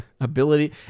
ability